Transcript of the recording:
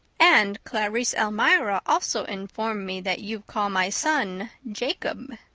and clarice almira also informed me that you call my son jacob.